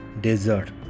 desert